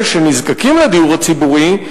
אלה שנזקקים לדיור הציבורי,